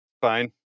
Fine